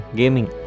gaming